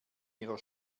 ihrer